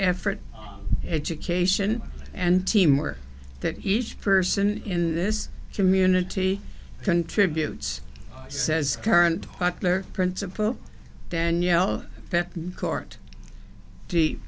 effort education and teamwork that each person in this community contributes says current butler principal danielle court de